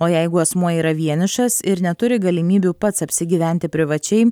o jeigu asmuo yra vienišas ir neturi galimybių pats apsigyventi privačiai